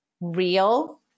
real